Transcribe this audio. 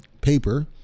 paper